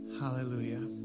Hallelujah